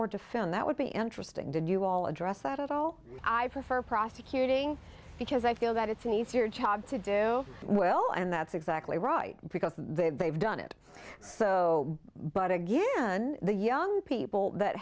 or defend that would be interesting did you all address that at all i prefer prosecuting because i feel that it's an easier job to do well and that's exactly right because they've done it so but again the young people that